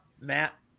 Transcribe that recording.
Matt